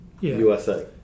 USA